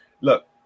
Look